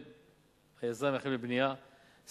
היזם יחל בבנייה, ו.